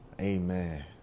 Amen